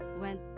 went